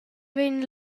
vegn